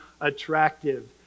attractive